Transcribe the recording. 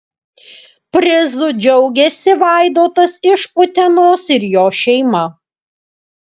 prizu džiaugiasi vaidotas iš utenos ir jo šeima